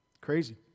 Crazy